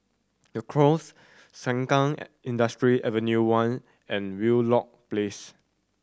The Knolls Sengkang Industrial Ave One and Wheelock Place